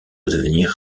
devenir